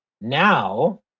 Now